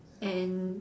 and